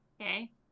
Okay